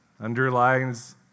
underlines